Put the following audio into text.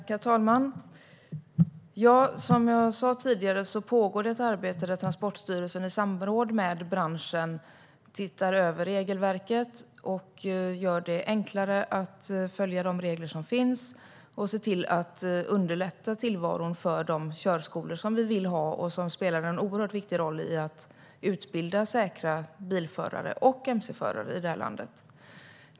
Herr talman! Som jag sa tidigare pågår ett arbete där Transportstyrelsen i samråd med branschen ser över regelverket, gör det enklare att följa de regler som finns och underlättar tillvaron för de körskolor som vi vill ha och som spelar en oerhört viktig roll i att utbilda säkra bil och mc-förare i det här landet.